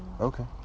Okay